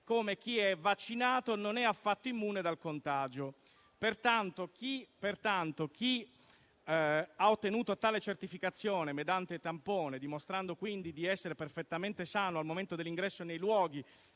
come chi è vaccinato non è affatto immune dal contagio. Pertanto, chi ha ottenuto tale certificazione mediante tampone, dimostrando quindi di essere perfettamente sano al momento dell'ingresso nei luoghi